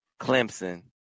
Clemson